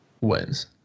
wins